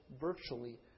virtually